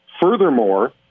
Furthermore